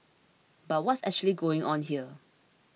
but what's actually going on here